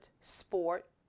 sport